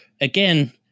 again